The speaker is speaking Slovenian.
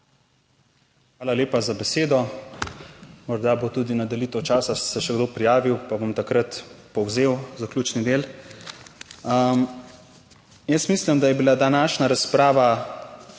Hvala lepa za besedo. Morda bo tudi na delitev časa se še kdo prijavil, pa bom takrat povzel zaključni del? Jaz mislim, da je bila današnja razprava